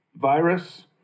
virus